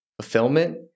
fulfillment